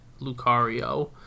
Lucario